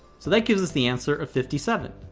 so that gives us the answer of fifty seven.